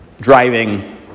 Driving